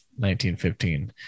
1915